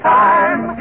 time